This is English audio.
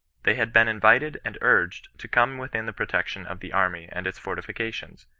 they had been invited and urged to come within the protection of the army and its fortifications.